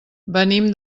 venim